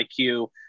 IQ